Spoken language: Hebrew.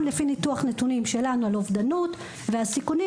לפי ניתוח נתונים שלנו על אובדנות והסיכונים,